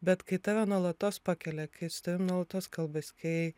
bet kai tave nuolatos pakelia kai su tavim nuolatos kalbasi kai